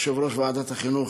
יושב-ראש ועדת החינוך,